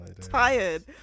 tired